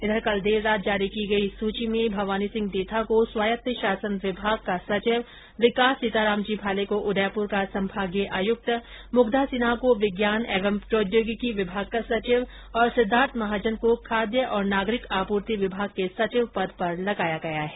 इधर कल देर रात जारी की गई इस सूची में भवानी सिंह देथा को स्वायत्त शासन विभाग का सचिव विकास सीतारामजी भाले को उदयपूर का संभागीय आयुक्त मुग्धा सिन्हा को विज्ञान एवं प्रौद्योगिकी विभाग का सचिव सिद्दार्थ महाजन को खाद्य एवं नागरिक आपूर्ति के सचिव पद पर लगाया गया है